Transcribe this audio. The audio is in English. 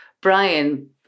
Brian